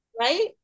Right